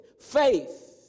faith